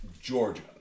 Georgia